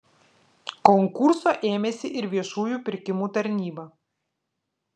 konkurso ėmėsi ir viešųjų pirkimų tarnyba